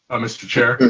ah mr. chair?